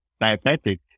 diabetic